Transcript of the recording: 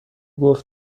گفت